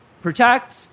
protect